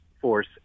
force